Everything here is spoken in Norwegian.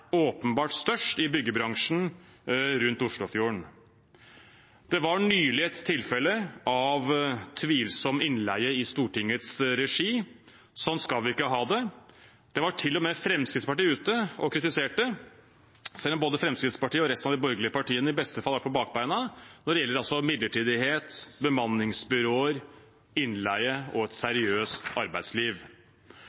åpenbart størst i byggebransjen rundt Oslofjorden. Det var nylig et tilfelle av tvilsom innleie i Stortingets regi. Sånn skal vi ikke ha det. Der var til og med Fremskrittspartiet ute og kritiserte, selv om både Fremskrittspartiet og resten av de borgerlige partiene i beste fall er på bakbeina når det gjelder midlertidighet, bemanningsbyråer, innleie og et